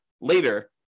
later